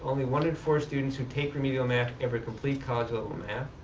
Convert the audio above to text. only one in four students who take remedial math ever complete college-level math.